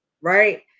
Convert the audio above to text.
Right